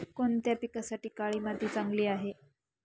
कोणत्या पिकासाठी काळी माती चांगली आहे?